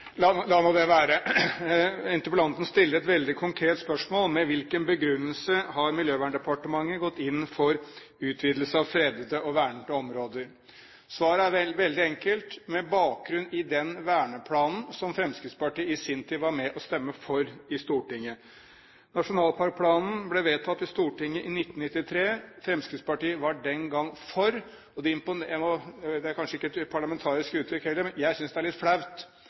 la nå det være. Interpellanten stiller et veldig konkret spørsmål: Med hvilken begrunnelse har Miljøverndepartementet gått inn for utvidelse av fredede og vernede områder? Svaret er veldig enkelt: Med bakgrunn i den verneplanen som Fremskrittspartiet i sin tid var med på å stemme for i Stortinget. Nasjonalparkplanen ble vedtatt i Stortinget i 1993. Fremskrittspartiet var den gang for planen, men jeg synes det er – det er kanskje heller ikke et parlamentarisk uttrykk – litt flaut at representanter som først er